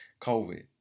COVID